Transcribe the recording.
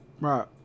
Right